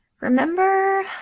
Remember